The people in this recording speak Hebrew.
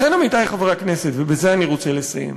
לכן, עמיתי חברי הכנסת, ובזה אני רוצה לסיים,